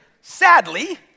Sadly